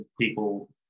people